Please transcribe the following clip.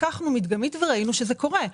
לקחנו מדגמית וראינו שזה קורה.